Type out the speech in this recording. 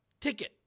ticket